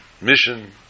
mission